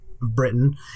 Britain